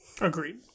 Agreed